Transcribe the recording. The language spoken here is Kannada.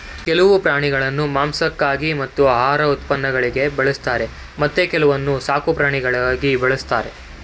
ಕೆಲವು ಪ್ರಾಣಿಗಳನ್ನು ಮಾಂಸಕ್ಕಾಗಿ ಮತ್ತು ಆಹಾರ ಉತ್ಪನ್ನಗಳಿಗಾಗಿ ಬಳಸಿದರೆ ಮತ್ತೆ ಕೆಲವನ್ನು ಸಾಕುಪ್ರಾಣಿಗಳಾಗಿ ಬಳ್ಸತ್ತರೆ